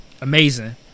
amazing